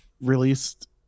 released